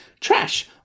Trash